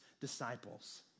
disciples